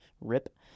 rip